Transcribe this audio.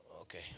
Okay